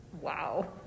wow